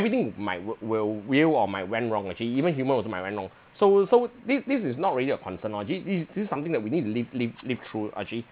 everything might work will will or might went wrong actually even human also might went wrong so so this this is not really a concern [one] it is just something that we need to live live live through actually